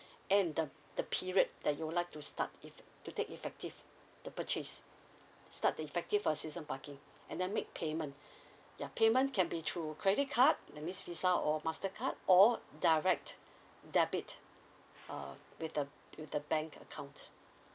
and the the period that you would like to start if to take effective the purchase start the effective of your season parking and then make payment ya payment can be through credit card that means visa or master card or direct debit uh with the with the bank account